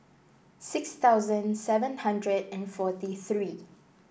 six thousand seven hundred and forty three